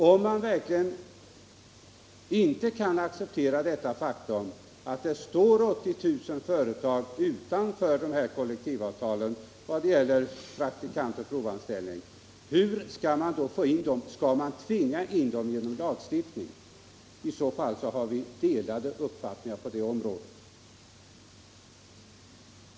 Om man verkligen inte kan acceptera detta faktum att 80 000 företag står utanför kollektivavtalen rörande praktikantoch provanställning, hur skall man då få dem att sluta avtal? Skall man tvinga dem till det genom lagstiftning? I så fall har vi delade uppfattningar på det området.